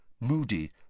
Moody